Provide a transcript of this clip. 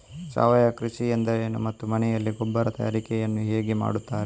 ಸಾವಯವ ಕೃಷಿ ಎಂದರೇನು ಮತ್ತು ಮನೆಯಲ್ಲಿ ಗೊಬ್ಬರ ತಯಾರಿಕೆ ಯನ್ನು ಹೇಗೆ ಮಾಡುತ್ತಾರೆ?